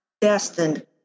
destined